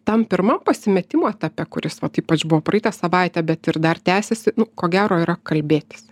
tam pirmam pasimetimo etape kuris vat ypač buvo praeitą savaitę bet ir dar tęsiasi nu ko gero yra kalbėtis